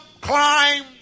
climb